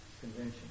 convention